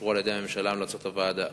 אושרו על-ידי הממשלה המלצות הוועדה.